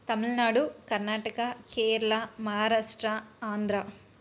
Tamil Nadu Karnataka Kerala Maharashtra Andhra